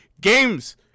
Games